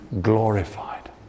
glorified